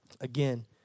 again